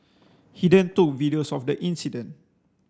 he then took videos of the incident